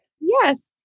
Yes